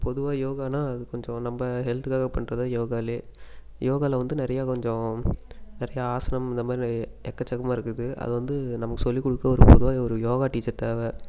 பொதுவா யோகானா அது கொஞ்சம் நம்ம ஹெல்த்துக்காக பண்ணுறது தான் யோகலே யோகாவில் வந்து நிறையா கொஞ்சம் நிறையா ஆசிரம் இந்த மாதிரி எக்கச்சக்கமா இருக்குது அதை வந்து நமக்கு சொல்லிக் கொடுக்க ஒரு பொதுவாக ஒரு யோகா டீச்சர் தேவை